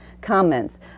comments